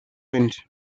wind